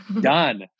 Done